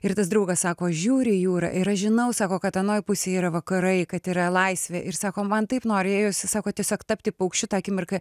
ir tas draugas sako aš žiūriu į jūrą ir aš žinau sako kad anoj pusėj yra vakarai kad yra laisvė ir sako man taip norėjosi sako tiesiog tapti paukščiu tą akimirką